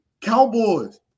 Cowboys